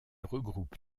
regroupe